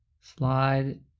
slide